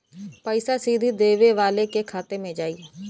पइसा सीधे देवे वाले के खाते में जाई